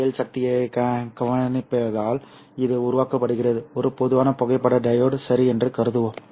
ஒளியியல் சக்தியைக் கவனிப்பதால் இது உருவாக்கப்படுகிறது ஒரு பொதுவான புகைப்பட டையோடு சரி என்று கருதுவோம்